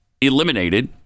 eliminated